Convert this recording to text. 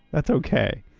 that's okay.